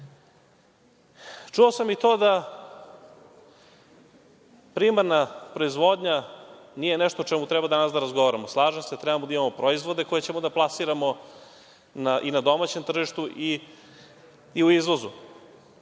Čuo sam i to da primarna proizvodnja nije nešto o čemu treba danas da razgovaramo. Slažem se, treba da imamo proizvode koje ćemo da plasiramo i na domaćem tržištu i u izvozu.